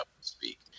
speak